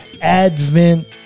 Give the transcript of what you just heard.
Advent